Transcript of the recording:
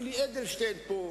ביד, יגיד לנו פרפר,